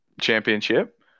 championship